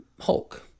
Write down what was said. Hulk